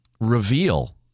reveal